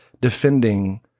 defending